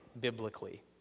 biblically